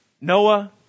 Noah